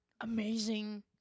amazing